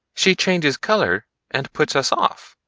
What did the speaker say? she changes color and puts us off.